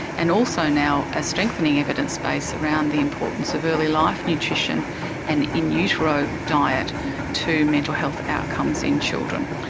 and also now a strengthening evidence base around the importance of early life nutrition and in utero diet to mental health outcomes in children.